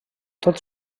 tot